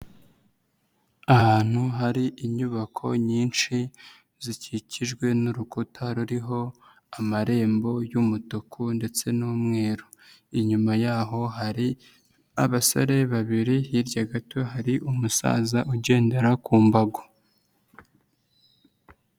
Ahantu hari inyubako nyinshi zikikijwe n'urukuta ruriho amarembo y'umutuku ndetse n'umweru, inyuma yaho hari abasore babiri hirya gato hari umusaza ugendera ku mbago.